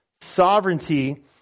sovereignty